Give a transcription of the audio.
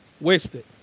wasted